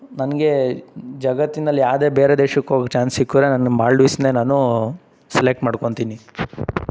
ನನಗೆ ಜಗತ್ತಿನಲ್ಲಿ ಯಾವ್ದೇ ಬೇರೆ ದೇಶಕ್ಕೆ ಹೋಗೋ ಚಾನ್ಸ್ ಸಿಕ್ಕಿದ್ರೆ ನಾನು ಮಾಲ್ಡೀವ್ಸನ್ನೇ ನಾನು ಸೆಲೆಕ್ಟ್ ಮಾಡ್ಕೊತೀನಿ